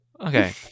Okay